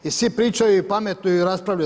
I svi pričaju i pametuju i raspravljaju.